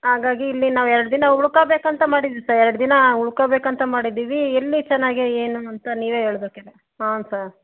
ಹಾಗಾಗಿ ಇಲ್ಲಿ ನಾವೆರಡು ದಿನ ಉಳ್ಕೊಬೇಕಂತ ಮಾಡಿದ್ದೀವಿ ಸರ್ ಎರಡು ದಿನ ಉಳ್ಕೊಬೇಕಂತ ಮಾಡಿದ್ದೀವಿ ಎಲ್ಲಿ ಚೆನ್ನಾಗಿ ಏನು ಅಂತ ನೀವೇ ಹೇಳಬೇಕಲ್ಲ ಹಾಂ ಸರ್